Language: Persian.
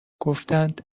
گفتند